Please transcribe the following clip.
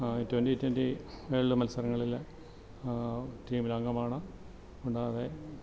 twenty twenty എല്ലാം മത്സരങ്ങളിൽ ടീമിൽ അംഗമാണ് കൂടാതെ